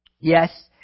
Yes